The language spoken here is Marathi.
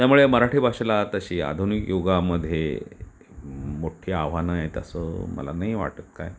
त्यामुळे मराठी भाषेला तशी आधुनिक युगामध्ये मोठी आव्हानं आहेत असं मला नाही वाटत काय